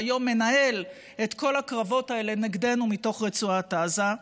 שהיום מנהל את כל הקרבות האלה נגדנו מתוך רצועת עזה.